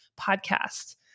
Podcast